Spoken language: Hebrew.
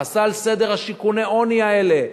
חסל סדר שיכוני העוני האלה,